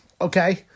Okay